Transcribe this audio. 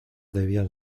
debían